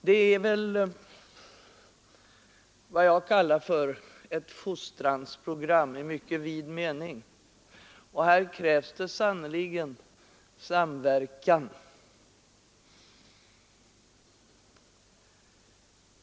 Det är vad jag kallar för ett fostrans program i mycket vid mening, och här krävs det sannerligen samverkan.